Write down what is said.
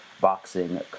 boxing